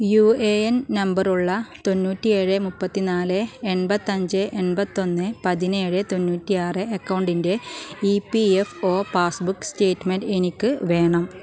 U A N നമ്പറുള്ള തൊണ്ണൂറ്റിഏഴ് മുപ്പത്തിനാല് എൺപത്തിയഞ്ച് എണ്പത്തിയൊന്ന് പതിനേഴ് തൊണ്ണൂറ്റിആറ് അക്കൗണ്ടിൻ്റെ E P F O passbook statement എനിക്ക് വേണം